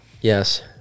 Yes